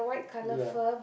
ya